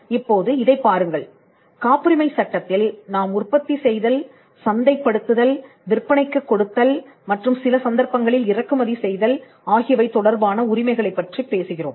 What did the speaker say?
இப்போது இதைப் பாருங்கள் காப்புரிமை சட்டத்தில் நாம் உற்பத்தி செய்தல் சந்தைப்படுத்துதல் விற்பனைக்குக் கொடுத்தல் மற்றும் சில சந்தர்ப்பங்களில் இறக்குமதி செய்தல் ஆகியவை தொடர்பான உரிமைகளைப் பற்றிப் பேசுகிறோம்